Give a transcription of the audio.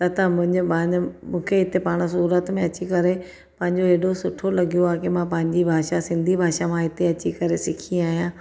त तव्हां मुंहिंजे पंहिंजे मूंखे हिते पाणि सूरत में अची करे पंहिंजो हेॾो सुठो लॻयो आहे की मां पंहिंजी भाषा सिंधी भाषा मां हिते अची करे सिखी आहियां